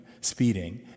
speeding